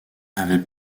avait